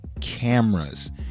cameras